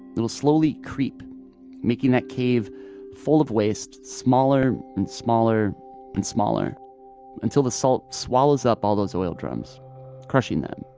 it will slowly creep making that cave full of waste smaller and smaller and smaller until the salt swallows up all those oil drums crushing them,